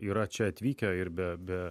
yra čia atvykę ir be be